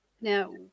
now